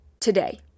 today